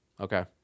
okay